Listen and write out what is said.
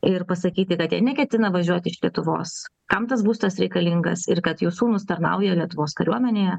ir pasakyti kad jie neketina važiuoti iš lietuvos kam tas būstas reikalingas ir kad jų sūnūs tarnauja lietuvos kariuomenėje